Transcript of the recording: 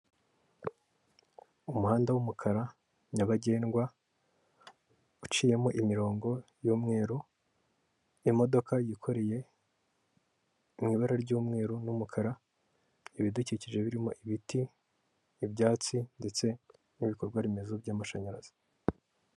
Umuhanda w'umukara nyabagendwa uciyemo imirongo y'umweru, imodoka yikoreye mu ibara ry'umweru n'umukara, ibidukikije birimo ibiti ibyatsi ndetse n'ibikorwaremezo by'amashanyarazi.